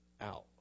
out